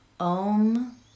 Om